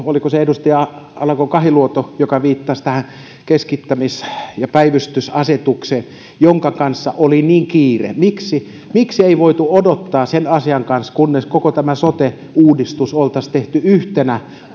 oliko se edustaja alanko kahiluoto joka viittasi tähän keskittämis ja päivystysasetukseen jonka kanssa oli niin kiire miksi miksi ei voitu odottaa sen asian kanssa kunnes koko tämä sote uudistus oltaisiin tehty yhtenä